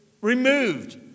removed